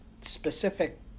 specific